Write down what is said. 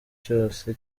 cyose